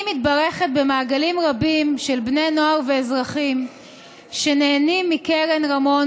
אני מתברכת במעגלים רבים של בני נוער ואזרחים שנהנים מקרן רמון,